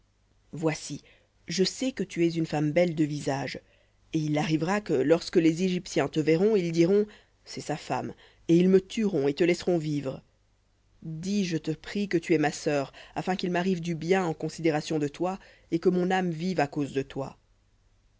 voici je sais que tu es une femme belle de visage et il arrivera que lorsque les égyptiens te verront ils diront c'est sa femme et ils me tueront et te laisseront vivre dis je te prie que tu es ma sœur afin qu'il m'arrive du bien en considération de toi et que mon âme vive à cause de toi